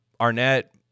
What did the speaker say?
Arnett